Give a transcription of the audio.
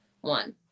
one